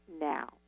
now